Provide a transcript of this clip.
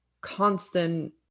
constant